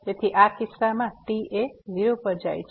તેથી આ કિસ્સામાં t એ 0 પર જાય છે